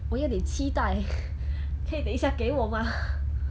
我有点期待 可以等一下给我吗